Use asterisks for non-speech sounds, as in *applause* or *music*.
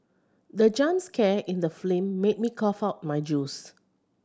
the jump scare in the *unintelligible* made me cough out my juice